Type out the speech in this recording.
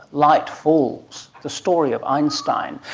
light falls, the story of einstein,